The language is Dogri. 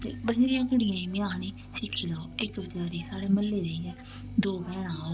ते बथ्हेरियें कुड़ियें गी में आखनी सिक्खी लैओ इक बेचारी साढ़े म्हल्ले दे गी दो भैना ही ओह्